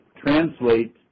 translate